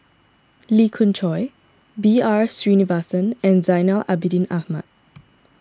Lee Khoon Choy B R Sreenivasan and Zainal Abidin Ahmad